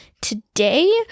today